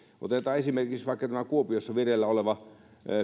otetaan esimerkiksi vaikka tämä kuopiossa vireillä oleva